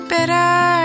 Bitter